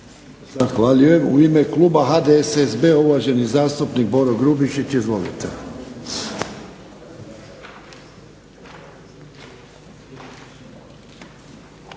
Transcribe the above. Zahvaljujem U ime kluba HDSSB-a uvaženi zastupnik Boro Grubišić. Izvolite.